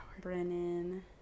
Brennan